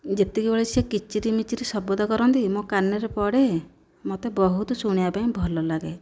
ଯେତେବେଳେ ସେ କିଚିରି ମିଚିରି ଶବ୍ଦ କରନ୍ତି ମୋ କାନରେ ପଡ଼େ ମୋତେ ବହୁତ ଶୁଣିବା ପାଇଁ ଭଲ ଲାଗେ